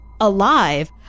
Alive